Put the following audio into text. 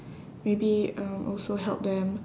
maybe um also help them